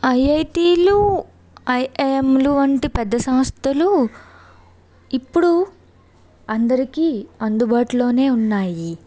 ఐఐటీలు ఐఎఎంలు వంటి పెద్ద సంస్థలు ఇప్పుడు అందరికి అందుబాటులో ఉన్నాయి